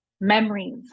memories